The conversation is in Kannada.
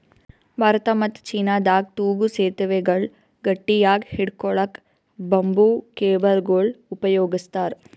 ಭಾರತ ಮತ್ತ್ ಚೀನಾದಾಗ್ ತೂಗೂ ಸೆತುವೆಗಳ್ ಗಟ್ಟಿಯಾಗ್ ಹಿಡ್ಕೊಳಕ್ಕ್ ಬಂಬೂ ಕೇಬಲ್ಗೊಳ್ ಉಪಯೋಗಸ್ತಾರ್